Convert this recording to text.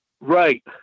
Right